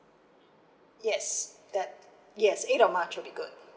yes that yes eight of march will be good